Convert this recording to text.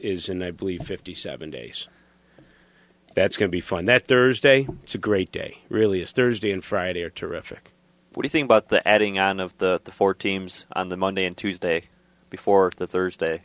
is and i believe fifty seven days that's going to be fun that thursday it's a great day really is thursday and friday are terrific when you think about the adding on of the four teams on the monday and tuesday before the thursday